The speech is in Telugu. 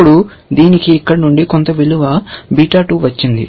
అప్పుడు దీనికి ఇక్కడ నుండి కొంత విలువ బీటా 2 వచ్చింది